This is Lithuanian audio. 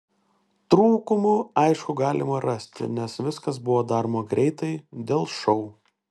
trūkumų aišku galima rasti nes viskas buvo daroma greitai dėl šou